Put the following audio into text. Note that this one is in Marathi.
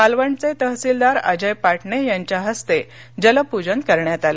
मालवणचे तहसीलदार अजय पाटणे यांच्या हस्ते जलपूजन करण्यात आलं